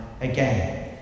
again